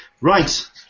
Right